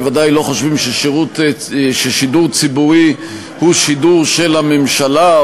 אנחנו בוודאי לא חושבים ששידור ציבורי הוא שידור של הממשלה,